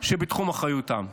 שבתחום אחריותם,